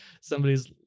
somebody's